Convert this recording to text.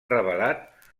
revelat